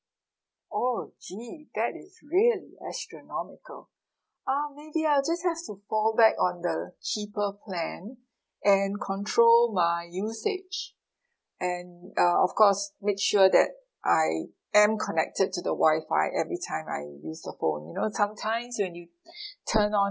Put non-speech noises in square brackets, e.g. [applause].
oh gee that is really astronomical uh maybe I'll just have to fall back on the cheaper plan and control my usage and uh of course make sure that I am connected to the wi-fi every time I use the phone you know sometimes when you [breath] turn on